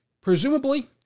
presumably